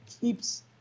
keeps